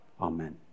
Amen